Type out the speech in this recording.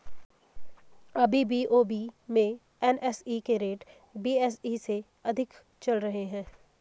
अभी बी.ओ.बी में एन.एस.ई के रेट बी.एस.ई से अधिक ही चल रहे हैं